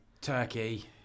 turkey